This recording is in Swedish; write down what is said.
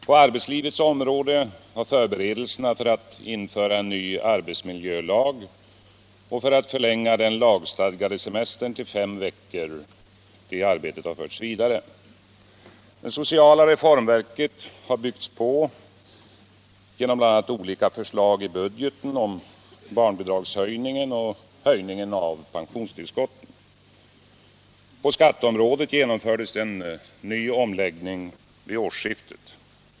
På arbetslivets område har förberedelserna för att införa en ny arbetsmiljölag och för att förlänga den lagstadgade semestern till fem veckor förts vidare. Det sociala reformverket har byggts på genom bl.a. olika förslag i budgeten såsom barnbidragshöjningen och höjningen av pensionstillskotten. På skatteområdet genomfördes en ny omläggning vid årsskiftet.